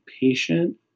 patient